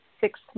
six